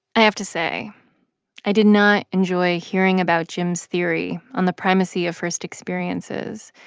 i have to say i did not enjoy hearing about jim's theory on the primacy of first experiences.